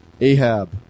Ahab